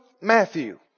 Matthew